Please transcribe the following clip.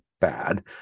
bad